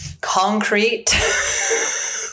concrete